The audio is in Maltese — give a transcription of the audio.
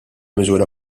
miżura